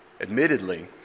Admittedly